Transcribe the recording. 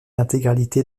intégralité